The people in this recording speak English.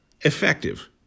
effective